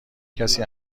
کسی